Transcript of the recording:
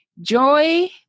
joy